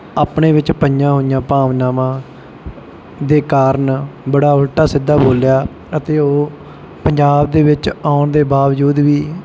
ਆਪਣੇ ਵਿੱਚ ਪਈਆਂ ਹੋਈਆਂ ਭਾਵਨਾਵਾਂ ਦੇ ਕਾਰਨ ਬੜਾ ਉਲਟਾ ਸਿੱਧਾ ਬੋਲਿਆ ਅਤੇ ਉਹ ਪੰਜਾਬ ਦੇ ਵਿੱਚ ਆਉਣ ਦੇ ਬਾਵਜੂਦ ਵੀ